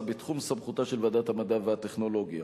בתחום סמכותה של ועדת המדע והטכנולוגיה.